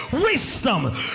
wisdom